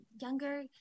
younger